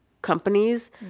companies